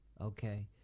Okay